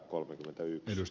kannatan